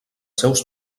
seus